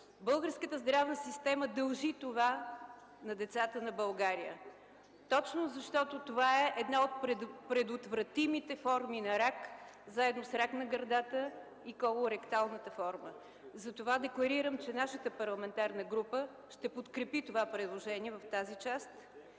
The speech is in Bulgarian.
българската здравна система дължи това на децата на България. Точно защото това е една от предотвратимите форми на рак, заедно с рака на гърдата и колоректалната форма. Затова декларирам, че нашата парламентарна група ще подкрепи това предложение в тази част.